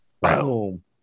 Boom